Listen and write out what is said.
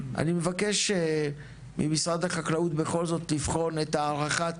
אני מבקש ממשרד החקלאות בכל זאת לבחון את הערכת